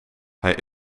hij